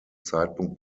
zeitpunkt